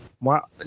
wow